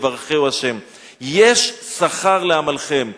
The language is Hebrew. ויברכהו ה'" יש שכר לעמלכם,